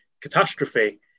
catastrophe